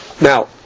Now